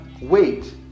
wait